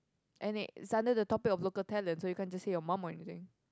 and it is under the topic of local talent so you can't just say your mum or anything